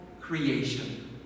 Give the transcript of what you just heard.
CREATION